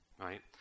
right